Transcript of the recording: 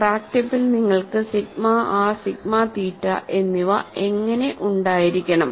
crack ടിപ്പിൽ നിങ്ങൾക്ക് sigma r sigma theta എന്നിവ എങ്ങനെ ഉണ്ടായിരിക്കണം